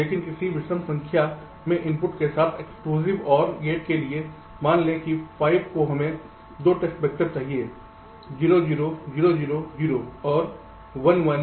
लेकिन किसी विषम संख्या में इनपुट के साथ एक्सक्लूसिव OR गेट के लिए मान लें कि 5 को हमें केवल 2 टेस्ट वैक्टर चाहिए 0 0 0 0 0 और 1 1 1 1 1